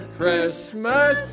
Christmas